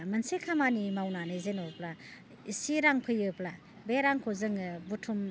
मोनसे खामानि मावनानै जेनेबा एसे रां फैयोब्ला बे रांखौ जोङो बुथुम